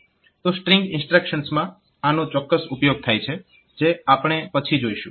તો સ્ટ્રીંગ ઇન્સ્ટ્રક્શન્સમાં આનો ચોક્કસ ઉપયોગ થાય છે જે આપણે પછી જોઈશું